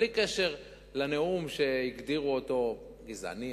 בלי קשר לנאום שהגדירו אותו גזעני.